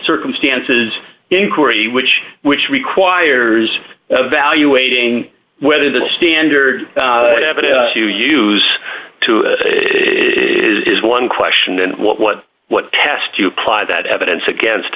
circumstances inquiry which which requires evaluating whether the standard evidence you use to is one question and what what what test to apply that evidence against